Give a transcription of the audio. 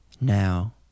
now